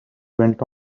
went